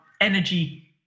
energy